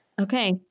Okay